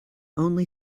only